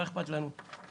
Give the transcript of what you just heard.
מה אכפת לנו?